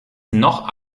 noch